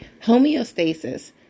Homeostasis